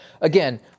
Again